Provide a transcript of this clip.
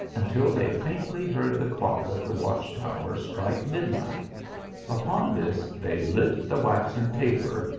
until they faintly heard the clock of the watch tower strike midnight upon this they lit the waxen taper,